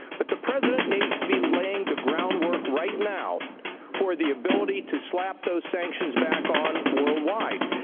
but the president needs to be laying the groundwork right now for the ability to slap those sanctions back on worldwide.